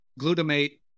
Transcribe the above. glutamate